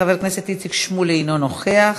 חבר הכנסת איציק שמולי, אינו נוכח.